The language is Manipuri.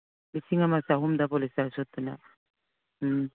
ꯂꯤꯁꯤꯡ ꯑꯃ ꯆꯍꯨꯝꯗ ꯄꯣꯂꯤꯁꯇꯔ ꯁꯨꯠꯇꯨꯅ ꯎꯝ